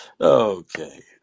Okay